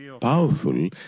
powerful